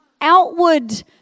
outward